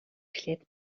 эхлээд